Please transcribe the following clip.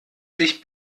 sich